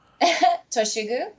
Toshigu